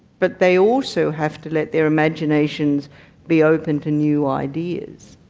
but they also have to let their imaginations be open to new ideas.